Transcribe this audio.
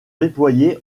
déployés